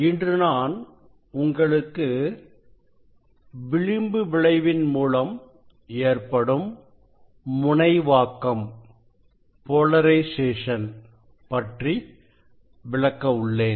இன்று நான் உங்களுக்கு விளிம்பு விளைவின்மூலம் ஏற்படும் முனைவாக்கம் பற்றி விளக்க உள்ளேன்